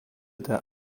der